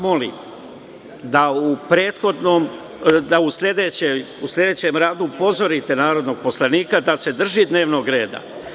Molim vas da u sledećem radu upozorite narodnog poslanika da se drži dnevnog reda.